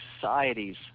societies